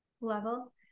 level